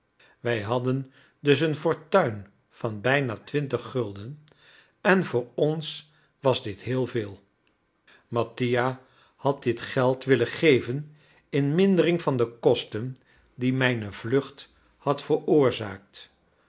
wij hadden dus een fortuin van bijna twintig gulden en voor ons was dit heel veel mattia had dit geld willen geven in mindering van de kosten die mijne vlucht had veroorzaakt